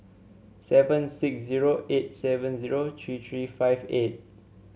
seven six zero eight seven zero three three five eight